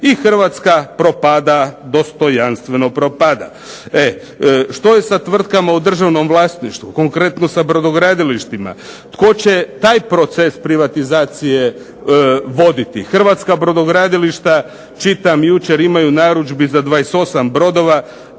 i Hrvatska propada, dostojanstveno propada. Što je sa tvrtkama u državnom vlasništvu? Konkretno sa brodogradilištima? Tko će taj proces privatizacije voditi? Hrvatska brodogradilišta čitam jučer imaju narudžbi za 28 brodova.